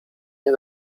nie